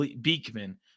Beekman